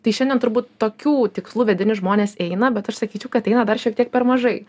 tai šiandien turbūt tokių tikslų vedini žmonės eina bet aš sakyčiau kad eina dar šiek tiek per mažai